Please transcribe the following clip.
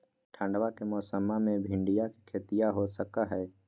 ठंडबा के मौसमा मे भिंडया के खेतीया हो सकये है?